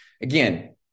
again